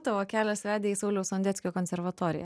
tavo kelias vedė į sauliaus sondeckio konservatoriją